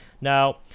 Now